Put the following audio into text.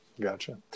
Gotcha